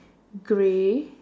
grey